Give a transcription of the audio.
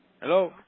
Hello